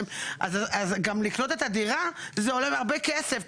אז גם לקנות את הדירה זה עולה הרבה כסף,